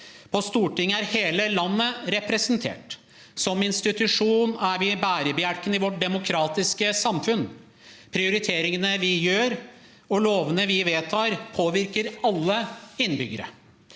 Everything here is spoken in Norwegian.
På Stortinget er hele landet representert. Som institusjon er vi bærebjelken i vårt demokratiske samfunn. Prioriteringene vi gjør, og lovene vi vedtar, påvirker alle innbyggere.